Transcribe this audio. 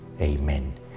Amen